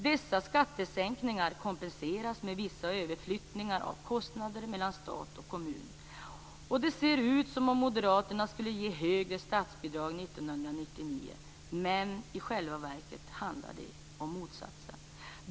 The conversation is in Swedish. Dessa skattesänkningar kompenseras med vissa överflyttningar av kostnader mellan stat och kommun. Det ser ut som om moderaterna skulle ge högre statsbidrag 1999, men i själva verket handlar det om motsatsen.